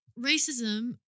racism